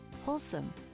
wholesome